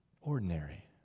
ordinary